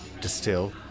distill